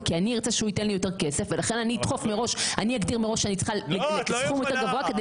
כשיש יום הולדת או התייחסות אנושית טבעית.